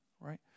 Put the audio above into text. Right